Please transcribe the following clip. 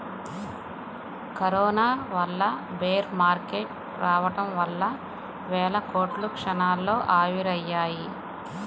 corona వల్ల bear market రావడం వల్ల వేల కోట్లు క్షణాల్లో ఆవిరయ్యాయి